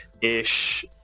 ish